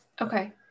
okay